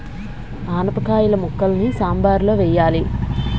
ఆనపకాయిల ముక్కలని సాంబారులో వెయ్యాలి